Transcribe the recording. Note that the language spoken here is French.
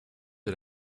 est